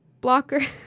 blocker